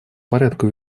порядку